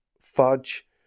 fudge